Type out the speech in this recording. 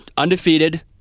Undefeated